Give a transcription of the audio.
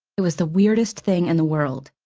it was the weirdest thing in the world.